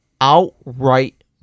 outright